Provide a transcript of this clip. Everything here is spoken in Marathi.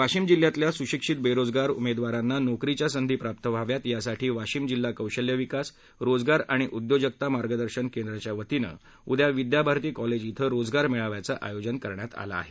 वाशिम जिल्ह्यातल्या सुशिक्षित बेरोजगार उमेदवारांना नोकरीच्या संधी प्राप्त व्हाव्यात यासाठी वाशिम जिल्हा कौशल्य विकास रोजगार आणि उद्योजकता मार्गदर्शन केंद्राच्यावतीनं उद्या विद्याभारती कॉलेज इथं रोजगार मेळाव्याचं आयोजन करण्यात आलं आहे